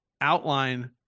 outline